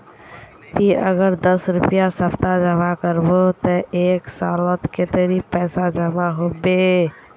ती अगर दस रुपया सप्ताह जमा करबो ते एक सालोत कतेरी पैसा जमा होबे बे?